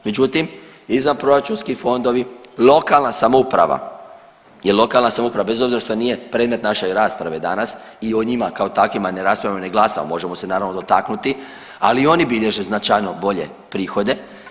Međutim, izvanproračunski fondovi, lokalna samouprava, jel lokalna samouprava bez obzira što nije predmet naše rasprave danas i o njima kao takvima ne raspravljamo i ne glasamo, možemo se naravno dotaknuti, ali i oni bilježe značajno bolje prihode.